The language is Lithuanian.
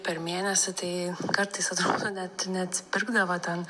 per mėnesį tai kartais atrodo net neatsipirkdavo ten